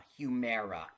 Humera